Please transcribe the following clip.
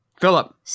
Philip